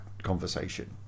Conversation